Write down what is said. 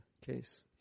case